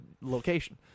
location